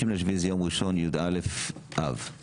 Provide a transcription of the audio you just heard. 30.07 זה יום ראשון, י"א באב.